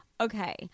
okay